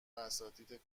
اساتید